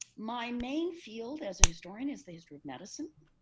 my main field as a historian is the history medicine.